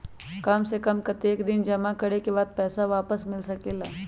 काम से कम कतेक दिन जमा करें के बाद पैसा वापस मिल सकेला?